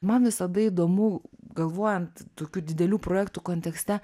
man visada įdomu galvojant tokių didelių projektų kontekste